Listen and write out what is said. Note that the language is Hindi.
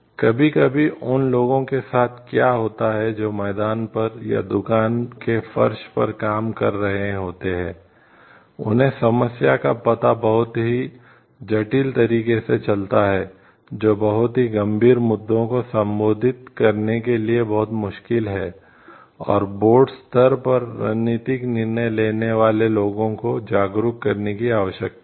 कभी कभी उन लोगों के साथ क्या होता है जो मैदान पर या दुकान के फर्श पर काम कर रहे होते हैं उन्हें समस्या का पता बहुत ही जटिल तरीके से चलता है जो बहुत ही गंभीर मुद्दों को संबोधित करने के लिए बहुत मुश्किल है और बोर्ड स्तर पर रणनीतिक निर्णय लेने वाले लोगों को जागरूक करने की आवश्यकता है